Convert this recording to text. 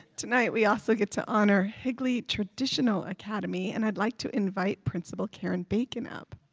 tonight we also get to honor higley traditional academy. and i'd like to invite principal caryn bacon up.